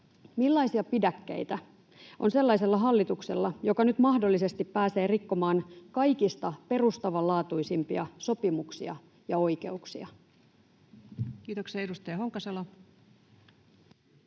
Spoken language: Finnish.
millaisia pidäkkeitä on sellaisella hallituksella, joka nyt mahdollisesti pääsee rikkomaan kaikista perustavanlaatuisimpia sopimuksia ja oikeuksia? Kiitoksia. — Edustaja Honkasalo.